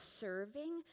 serving